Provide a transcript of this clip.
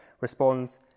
responds